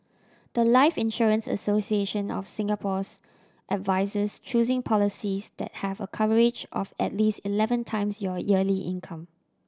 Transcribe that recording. the life Insurance Association of Singapore's advises choosing policies that have a coverage of at least eleven times your yearly income